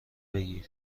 بگیر